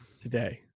today